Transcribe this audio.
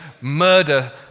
murder